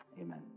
Amen